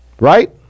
Right